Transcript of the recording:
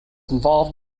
involved